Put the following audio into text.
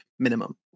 Minimum